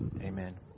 Amen